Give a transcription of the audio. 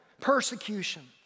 persecution